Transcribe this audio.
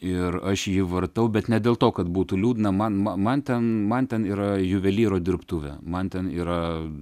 ir aš jį vartau bet ne dėl to kad būtų liūdna man man ten man ten yra juvelyro dirbtuvė man ten yra